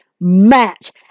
match